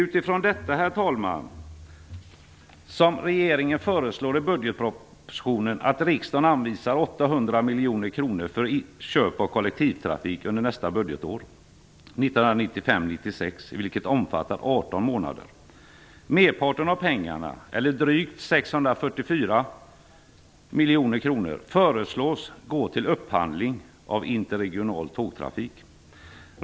Utifrån detta, herr talman, föreslår regeringen i budgetpropositionen att riksdagen skall anvisa 800 miljoner kronor för köp av kollektivtrafik under nästa budgetår, 1995/96, vilket omfattar 18 månader. Merparten av pengarna, drygt 644 miljoner kronor, föreslås gå till upphandling av interregional tågtrafik.